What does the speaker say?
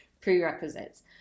prerequisites